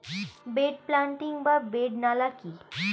Bed planting বা bed নালা কি?